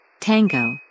Tango